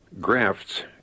Grafts